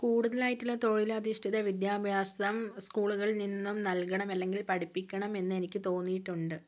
കൂടുതലായിട്ടുള്ള തൊഴിലധിഷ്ഠിത വിദ്യാഭ്യാസം സ്കൂളുകളിൽ നിന്നും നൽകണം അല്ലെങ്കിൽ പഠിപ്പിക്കണമെന്നെനിക്ക് തോന്നിയിട്ടുണ്ട്